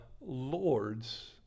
Lord's